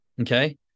Okay